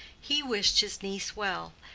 he wished his niece well,